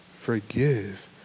forgive